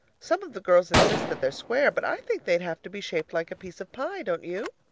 some of the girls insist that they're square but i think they'd have to be shaped like a piece of pie. don't you?